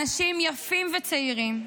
אנשים יפים וצעירים,